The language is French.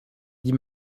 dit